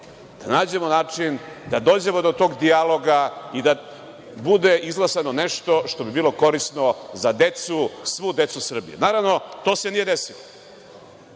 da nađemo način, da dođemo do tog dijaloga i da bude izglasano nešto što bi bilo korisno za decu, svu decu Srbije. Naravno, to se nije desilo